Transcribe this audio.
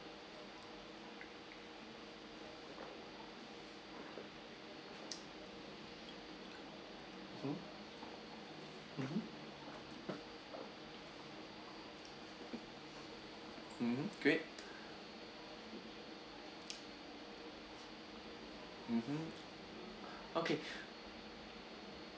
hmm mmhmm mmhmm great mmhmm okay